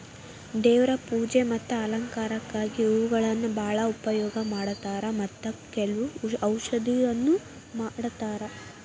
ದೇವ್ರ ಪೂಜೆ ಮತ್ತ ಅಲಂಕಾರಕ್ಕಾಗಿ ಹೂಗಳನ್ನಾ ಬಾಳ ಉಪಯೋಗ ಮಾಡತಾರ ಮತ್ತ ಕೆಲ್ವ ಔಷಧನು ಮಾಡತಾರ